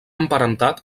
emparentat